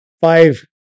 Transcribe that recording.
five